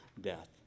death